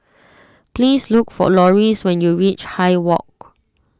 please look for Loris when you reach high Walk